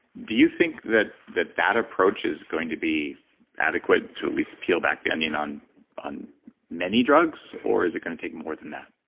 do you think that that approach is going to be adequate, to at least peel back the onion on on many drugs, or is it going to take more than that?